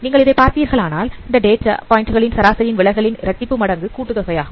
நீங்கள் அதை பார்த்தீர்களானால் அது டேட்டா பாயிண்ட் களின் சராசரியின் விலகலின் இரட்டிப்பு மடங்கு கூட்டு தொகையாகும்